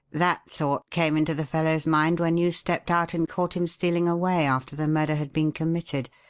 that thought came into the fellow's mind when you stepped out and caught him stealing away after the murder had been committed.